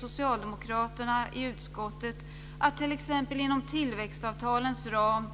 Socialdemokraterna i utskottet anser att det också handlar om att t.ex. inom tillväxtavtalens ram